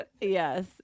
Yes